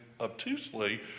obtusely